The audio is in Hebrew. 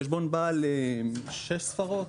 חשבון בעל 6 ספרות.